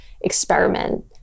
experiment